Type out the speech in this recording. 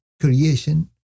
creation